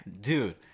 Dude